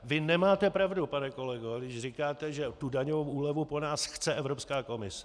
Vy nemáte pravdu, pane kolego, když říkáte, že daňovou úlevu po nás chce Evropská komise.